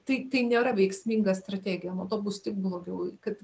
tai tai nėra veiksminga strategija nuo to bus tik blogiau kad